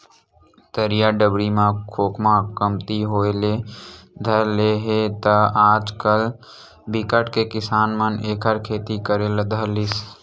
तरिया डबरी म खोखमा कमती होय ले धर ले हे त आजकल बिकट के किसान मन एखर खेती करे ले धर लिस